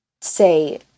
say